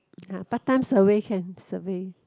part time survey can survey